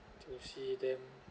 to see them